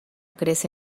crece